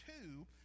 two